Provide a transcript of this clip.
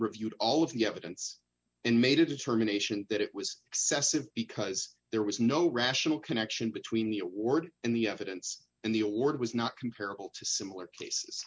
reviewed all of the evidence and made a determination that it was excessive because there was no rational connection between the order and the evidence and the order was not comparable to similar